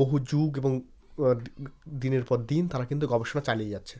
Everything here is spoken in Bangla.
বহু যুগ এবং দিনের পর দিন তারা কিন্তু গবেষণা চালিয়ে যাচ্ছে